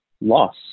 loss